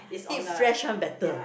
eat fresh one better